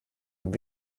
dem